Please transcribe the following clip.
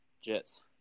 Jets